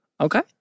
Okay